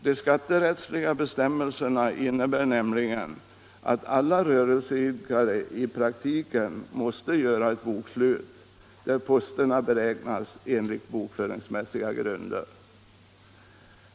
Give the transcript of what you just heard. De skatterättsliga bestämmelserna innebär nämligen att alla rörelseidkare i praktiken måste göra ett bokslut där posterna beräknas enligt bokföringsmässiga grunder.